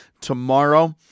tomorrow